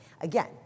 again